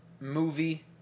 movie